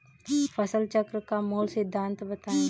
फसल चक्र का मूल सिद्धांत बताएँ?